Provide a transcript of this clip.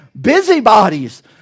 Busybodies